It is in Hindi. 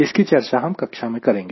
इसकी चर्चा हम कक्षा में करेंगे